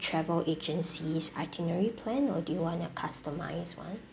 travel agency's itinerary plan or do you want a customised [one]